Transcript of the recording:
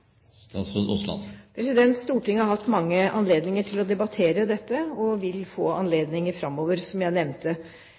Stortinget har hatt mange anledninger til å debattere dette og vil få